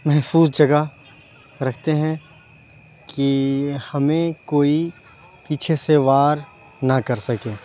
محفوظ جگہ رکھتے ہیں کہ ہمیں کوئی پیچھے سے وار نہ کر سکے